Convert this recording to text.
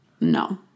No